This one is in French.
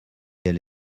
elle